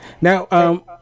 Now